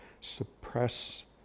suppress